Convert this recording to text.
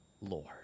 Lord